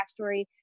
backstory